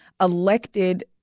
elected